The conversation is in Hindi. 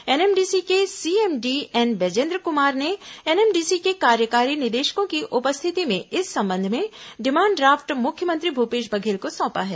एनएमडीसी के सीएमडी एन बैजेन्द्र कुमार ने एनएमडीसी के कार्यकारी निदेशकों की उपस्थिति में इस संबंध में डिमांड ड्राफ्ट मुख्यमंत्री भूपेश बघेल को सौंपा है